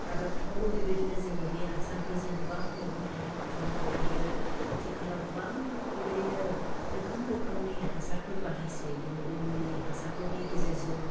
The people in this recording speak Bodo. आबादफ्रावबो बेबायदिनो जोङो बे हासारफोर जों गोबां मैगं थाइगं बुथुमनो हायो आथिखालाव गोबां बेबायदिनो रोखोम रोखोमनि हासारफोर बाहायसै दिनै बे मुलि हासारफोरनि गेजेरजों